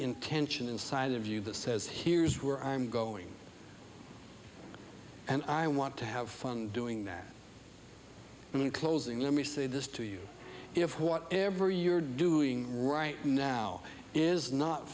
intention inside of you that says here's where i'm going and i want to have fun doing that and in closing let me say this to you if whatever you're doing right now is not